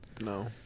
No